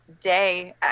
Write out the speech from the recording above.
day